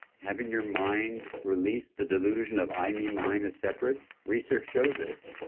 having your mind release the delusion of i me mine as separate, research shows this,